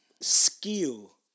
skill